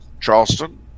Charleston